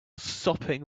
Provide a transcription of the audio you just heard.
sopping